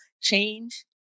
change